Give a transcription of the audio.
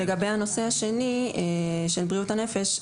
לגבי הנושא השני של בריאות הנפש.